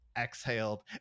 exhaled